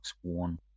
One